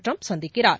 Trump சந்திக்கிறார்